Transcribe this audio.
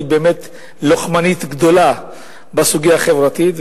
היא באמת לוחמנית גדולה בסוגיה החברתית.